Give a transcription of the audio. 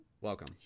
welcome